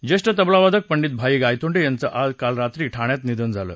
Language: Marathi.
ज्येष्ठ तबलावादक पंडित भाई गायतोंडे यांचं काल रात्री ठाण्यात निधन झालं